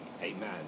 Amen